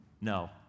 no